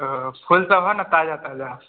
फूल सब हँ ने ताज़ा ताज़ा